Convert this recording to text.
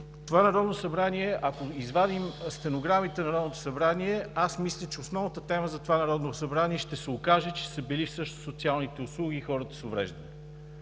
не беше драматичен. Ако извадим стенограмите на Народното събрание, мисля, че основната тема за това Народно събрание ще се окаже, че са били също социалните услуги и хората с увреждания.